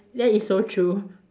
that is so true